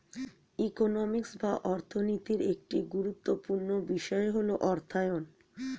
economics বা অর্থনীতির একটি গুরুত্বপূর্ণ বিষয় হল অর্থায়ন